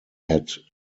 had